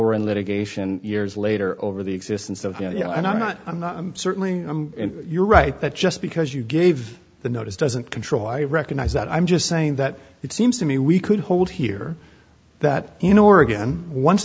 we're in litigation years later over the existence of you know and i'm not i'm not i'm certainly you're right that just because you gave the notice doesn't control i recognize that i'm just saying that it seems to me we could hold here that